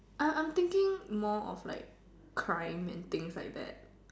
I I'm thinking more of like crime and things like that